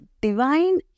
divine